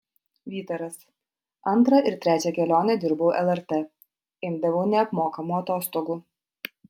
vytaras antrą ir trečią kelionę dirbau lrt imdavau neapmokamų atostogų